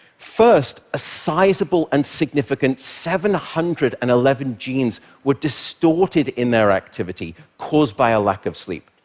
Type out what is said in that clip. first, a sizable and significant seven hundred and eleven genes were distorted in their activity, caused by a lack of sleep.